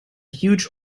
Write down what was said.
huge